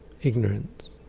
Ignorance